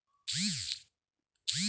आरोग्य विमा काढण्यासाठी वयाची अट काय आहे?